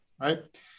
right